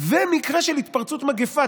ומקרה של התפרצות מגפה.